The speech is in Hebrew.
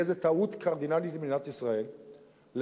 תהיה זו טעות קרדינלית למדינת ישראל להגיד